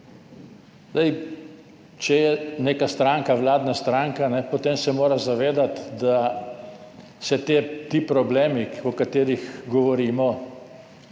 Če je neka stranka vladna stranka, potem se mora zavedati, da se ti problemi, o katerih govorimo